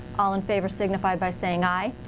all in favor signify by saying aye.